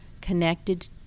connected